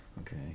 okay